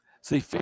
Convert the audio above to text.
See